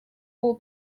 all